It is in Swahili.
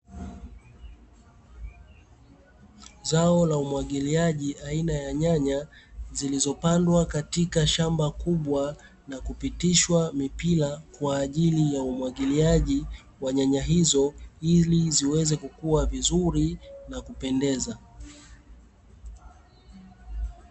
Zao la umwagiliaji aina ya nyanya zilizopandwa katika shamba kubwa na kupitishwa mipira kwa ajili ya umwagiliaji wa nyanya hizo ili ziweze kukua vizuri na kupendeza.